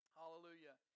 hallelujah